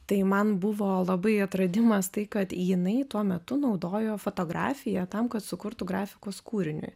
tai man buvo labai atradimas tai kad jinai tuo metu naudojo fotografiją tam kad sukurtų grafikos kūrinį